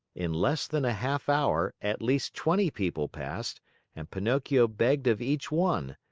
in less than a half hour, at least twenty people passed and pinocchio begged of each one,